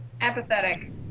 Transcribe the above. Apathetic